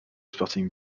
sporting